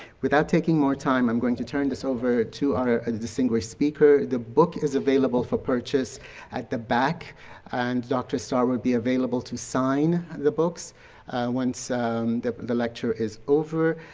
without taking more time, i'm going to turn this over to our ah and distinguished speaker, the book is available for purchase at the back and dr. starr will be available to sign the books once the the lecture is over.